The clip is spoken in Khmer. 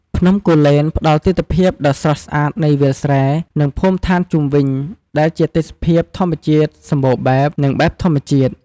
ភ្នំគូលែនផ្តល់ទិដ្ឋភាពដ៏ស្រស់ស្អាតនៃវាលស្រែ និងភូមិឋានជុំវិញ ដែលជាទេសភាពធម្មជាតិសម្បូរបែប និងបែបធម្មជាតិ។